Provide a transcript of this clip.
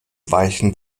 weichen